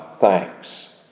thanks